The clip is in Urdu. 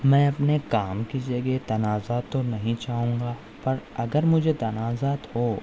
میں اپنے کام کی جگہ تنازعہ تو نہیں چاہوں گا پر اگر مجھے تنازعات ہو